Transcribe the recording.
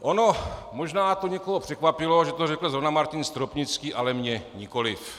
Ono možná to někoho překvapilo, že to řekl zrovna Martin Stropnický, ale mě nikoliv.